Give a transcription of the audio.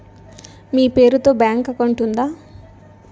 మీ పేరు తో bank account ఉందా?